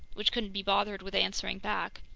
which couldn't be bothered with answering back.